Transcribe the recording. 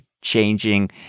changing